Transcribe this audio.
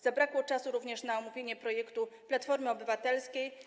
Zabrakło czasu również na omówienie projektu Platformy Obywatelskiej.